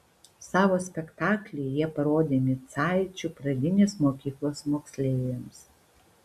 savo spektaklį jie parodė micaičių pradinės mokyklos moksleiviams